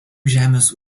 žemės